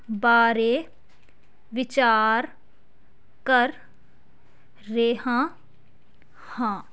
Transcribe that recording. ਬਾਰੇ ਵਿਚਾਰ ਕਰ ਰਿਹਾ ਹਾਂ